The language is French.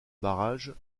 barrage